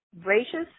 gracious